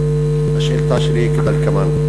השאילתה שלי היא כדלקמן: